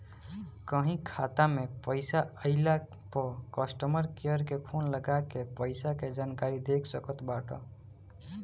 कहीं खाता में पईसा आइला पअ कस्टमर केयर के फोन लगा के पईसा के जानकारी देख सकत बाटअ